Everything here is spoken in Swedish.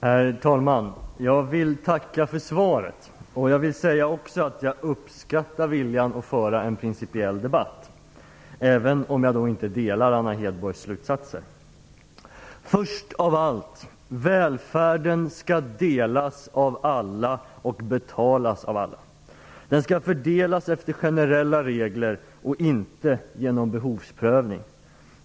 Herr talman! Jag vill tacka för svaret. Jag vill också säga att jag uppskattar viljan att föra en principiell diskussion, även om jag inte delar Anna Hedborgs slutsatser. Först och främst skall välfärden delas av alla och betalas av alla. Välfärden skall fördelas efter generella regler och inte genom behovsprövning.